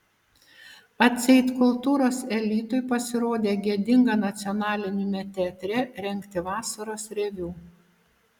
atseit kultūros elitui pasirodė gėdinga nacionaliniame teatre rengti vasaros reviu